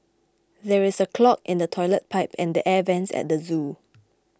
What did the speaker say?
there is a clog in the Toilet Pipe and the Air Vents at the zoo